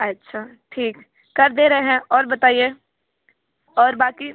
अच्छा ठीक कर दें रहे हैं और बताइए और बाक़ी